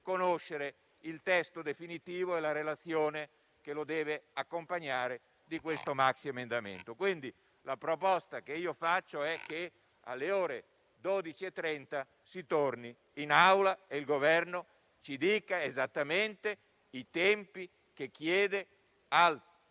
conoscere il testo definitivo e la relazione che deve accompagnare il maxiemendamento. La proposta che faccio è che alle ore 12,30 sì torni in Aula e il Governo ci dica esattamente i tempi che chiede al Senato